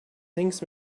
things